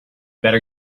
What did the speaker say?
better